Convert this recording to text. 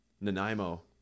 nanaimo